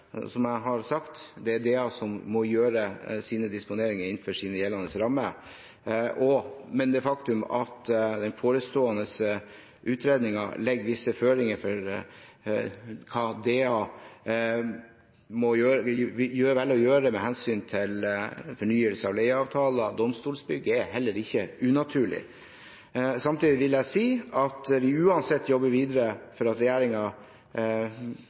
Som jeg har sagt, er det DA som må gjøre sine disponeringer innenfor sine gjeldende rammer. Men det faktum at den forestående utredningen legger visse føringer for hva DA velger å gjøre med hensyn til fornyelse av leieavtalen av domstolbygget, er heller ikke unaturlig. Samtidig vil jeg si at vi uansett jobber videre